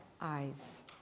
eyes